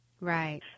Right